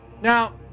Now